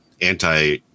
anti